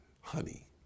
honey